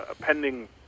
pending